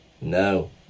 No